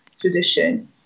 tradition